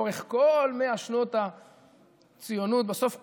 לאורך כל 100 שנות הציונות בסוף כולנו,